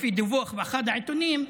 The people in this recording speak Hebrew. לפי דיווח באחד העיתונים,